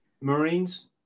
Marines